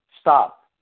stop